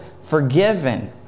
forgiven